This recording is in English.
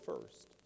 first